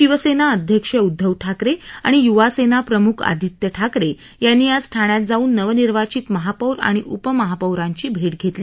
शिवसेना अध्यक्ष उद्धव ठाकरे आणि युवा सेना प्रमुख आदित्य ठाकरे यांनी आज ठाण्यात जाऊन नवनिर्वाचित महापौर आणि उपमहापौरांची भेट्येतली